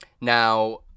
now